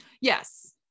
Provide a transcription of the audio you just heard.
Yes